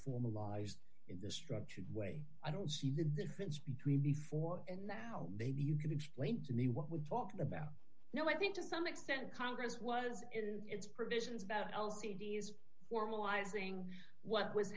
formalized in the structured way i don't see the difference between before and now maybe you can explain to me what we're talking about now i think to some extent congress was in its provisions about l c d s formalizing what w